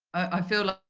i feel like